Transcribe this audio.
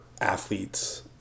athletes